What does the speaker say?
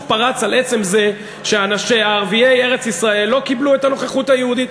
פרץ על עצם זה שערביי ארץ-ישראל לא קיבלו את הנוכחות היהודית.